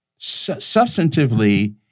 substantively